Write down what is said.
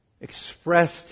expressed